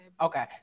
Okay